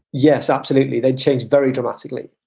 yes, absolutely. they'd change very dramatically.